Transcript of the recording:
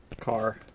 Car